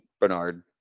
Bernard